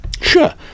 Sure